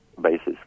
basis